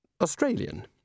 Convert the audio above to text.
Australian